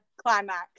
Climax